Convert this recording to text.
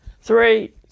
Three